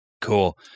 Cool